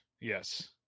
yes